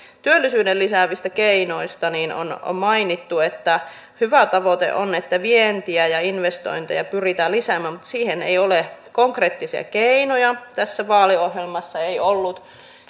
työllisyyttä lisäävistä keinoista on on mainittu että hyvä tavoite on että vientiä ja investointeja pyritään lisäämään mutta siihen konkreettisia keinoja tässä vaaliohjelmassa ei ollut